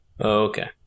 Okay